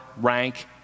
rank